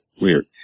Weird